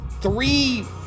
three